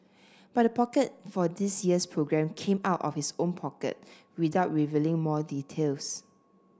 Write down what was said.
but the pocket for this year's programme came out of his own pocket without revealing more details